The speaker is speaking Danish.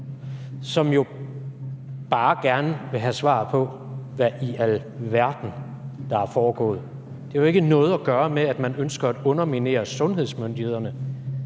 som jo bare gerne vil have svar på, hvad i alverden der er foregået. Det har jo ikke noget at gøre med, at man ønsker at underminere sundhedsmyndighederne.